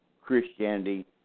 Christianity